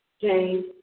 James